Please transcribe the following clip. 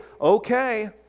okay